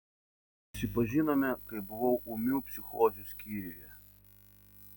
susipažinome kai buvau ūmių psichozių skyriuje